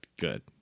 good